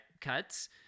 cuts